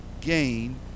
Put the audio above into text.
gain